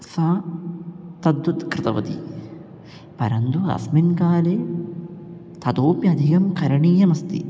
सा तद्वत् कृतवती परन्तु अस्मिन् काले ततोपि अधिगं करणीयमस्ति